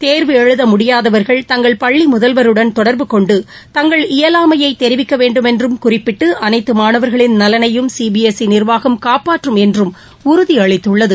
தேர்வு எழுத முடியாதவர்கள் தங்கள் பள்ளி முதல்வருடன் தொடர்பு கொண்டு தங்கள் இயலாமையை தெரிவிக்க வேண்டுமென்றும் குறிப்பிட்டு அனைதது மாணவர்களின் நலனையும் சிபிஐசி நிர்வாகம் காப்பாற்றும் என்றும் உறுதி அளித்துள்ளது